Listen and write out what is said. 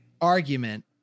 argument